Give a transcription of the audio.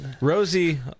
Rosie